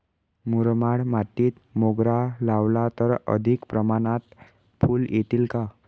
मुरमाड मातीत मोगरा लावला तर अधिक प्रमाणात फूले येतील का?